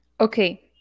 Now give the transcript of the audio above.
Okay